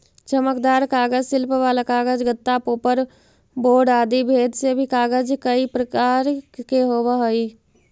चमकदार कागज, शिल्प वाला कागज, गत्ता, पोपर बोर्ड आदि भेद से भी कागज कईक प्रकार के होवऽ हई